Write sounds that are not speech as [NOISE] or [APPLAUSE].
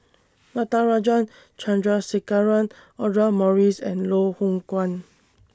[NOISE] Natarajan Chandrasekaran Audra Morrice and Loh Hoong Kwan